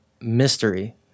mystery